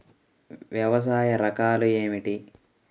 వ్యవసాయ రకాలు ఏమిటి?